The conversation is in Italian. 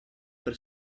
per